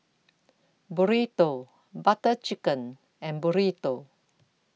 Burrito Butter Chicken and Burrito